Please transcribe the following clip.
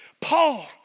Paul